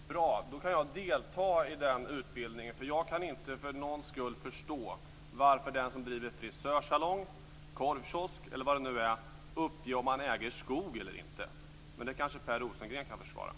Fru talman! Bra! Då kan jag delta i den utbildningen. Jag kan inte förstå varför de som driver frisersalong, korvkiosk e.d. skall behöva uppge om de äger skog eller inte, men det kan kanske Per Rosengren svara på.